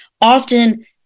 often